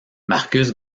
marcus